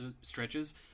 stretches